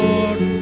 Lord